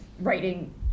writing